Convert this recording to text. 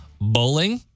Bowling